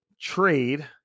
trade